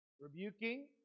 rebuking